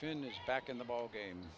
finish back in the ballgame